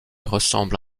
ressemble